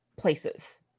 places